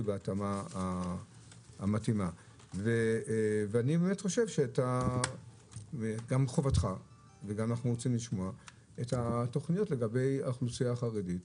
אני חושב שמחובתך לקדם את התוכניות לגבי האוכלוסייה החרדית,